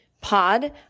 Pod